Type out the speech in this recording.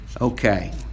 Okay